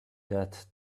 that